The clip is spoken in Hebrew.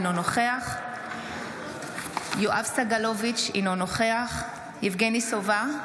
אינו נוכח יואב סגלוביץ' אינו נוכח יבגני סובה,